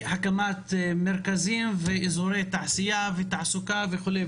הקמת מרכזים, אזורי תעשייה ותעסוקה וכו'.